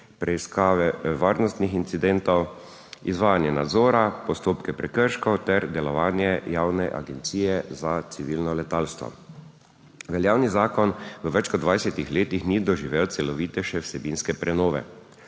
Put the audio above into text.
preiskave varnostnih incidentov, izvajanje nadzora, postopke prekrškov ter delovanje Javne agencije za civilno letalstvo. Veljavni zakon v več kot 20 letih ni doživel celovitejše vsebinske prenove.